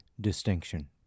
distinction